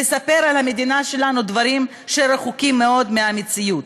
מספר על המדינה שלנו דברים שרחוקים מאוד מהמציאות.